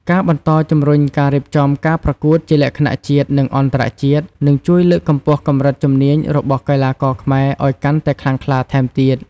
ការបន្តជំរុញការរៀបចំការប្រកួតជាលក្ខណៈជាតិ និងអន្តរជាតិ នឹងជួយលើកកម្ពស់កម្រិតជំនាញរបស់កីឡាករខ្មែរឱ្យកាន់តែខ្លាំងក្លាថែមទៀត។